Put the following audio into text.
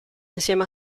insieme